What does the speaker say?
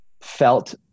felt